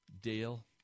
Dale